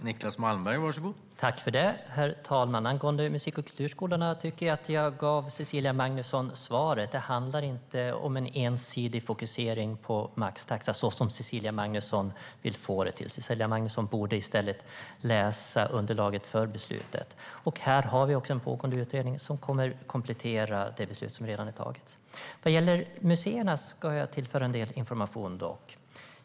Herr talman! Jag tyckte att jag gav Cecilia Magnusson svar angående musik och kulturskolorna. Det handlar inte om en ensidig fokusering på maxtaxa, så som Cecilia Magnusson vill få det till. Cecilia Magnusson borde i stället läsa underlaget för beslutet. Här finns en pågående utredning som kommer att komplettera det beslut som redan har fattats. Vad gäller museerna kan jag tillföra en del information.